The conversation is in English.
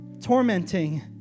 tormenting